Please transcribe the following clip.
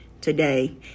today